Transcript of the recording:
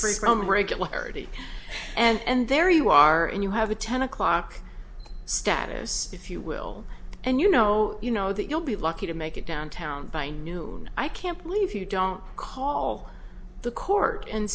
from regularity and there you are and you have a ten o'clock status if you will and you know you know that you'll be lucky to make it downtown by noon i can't believe you don't call the court and